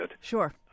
Sure